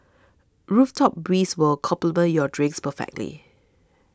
rooftop breeze will complement your drinks perfectly